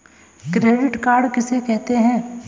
Credit card किसे कहते हैं?